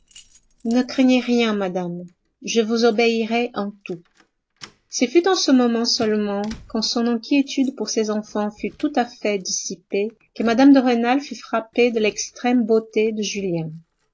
ne craignez rien madame je vous obéirai en tout ce fut en ce moment seulement quand son inquiétude pour ses enfants fut tout à fait dissipée que mme de rênal fut frappée de l'extrême beauté de julien